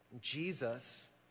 Jesus